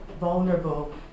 vulnerable